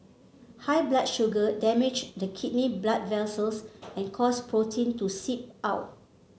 high blood sugar damage the kidney blood vessels and cause protein to seep out